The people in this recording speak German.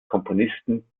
komponisten